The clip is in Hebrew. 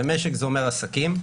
ומשק זה אומר עסקים,